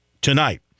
tonight